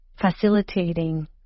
facilitating